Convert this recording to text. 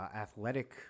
athletic